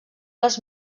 les